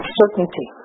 certainty